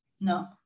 No